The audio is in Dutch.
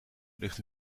ligt